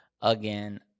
Again